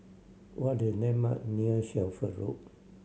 what are the landmark near Shelford Road